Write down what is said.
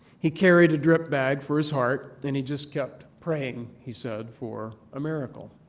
he carried a drip bag for his heart, and he just kept praying, he said, for a miracle.